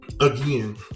again